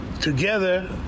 Together